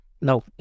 no